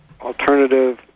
alternative